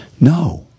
No